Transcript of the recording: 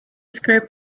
script